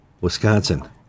Wisconsin